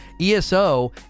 ESO